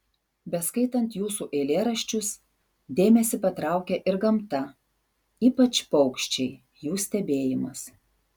beskaitant jūsų eilėraščius dėmesį patraukia ir gamta ypač paukščiai jų stebėjimas